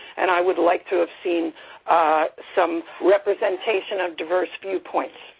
and i would like to have seen some representation of diverse viewpoints.